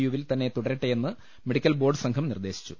യുവിൽ തന്നെ തുടരട്ടെയെന്ന് medical board സംഘം നിർദേശിച്ചു